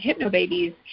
hypnobabies